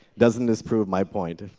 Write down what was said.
doesn't this prove my point?